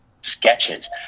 sketches